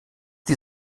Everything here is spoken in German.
die